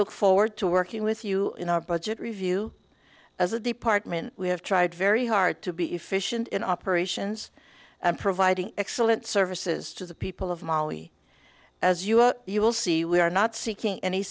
look forward to working with you in our budget review as a department we have tried very hard to be efficient in operations and providing excellent services to the people of mali as you are you will see we are not seeking any